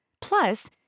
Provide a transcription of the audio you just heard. Plus